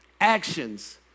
actions